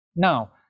now